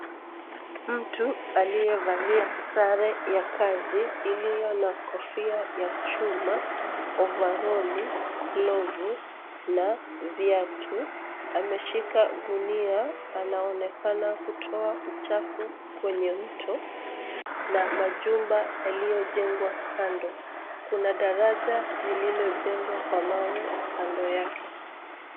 Mtu aliyevalia sare ya kazi, iliyo na kofia ya chuma, ovaroli, glovu na viatu ameshika gunia. Anaonekana kutoa uchafu kwenye mto na majumba yaliyojengwa kando. Kuna daraja lililojengwa Kwa mawe kando yake.